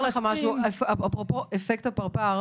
אפרופו אפקט הפרפר,